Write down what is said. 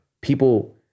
people